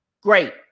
Great